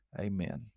Amen